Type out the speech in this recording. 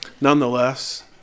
nonetheless